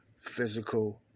physical